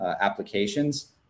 applications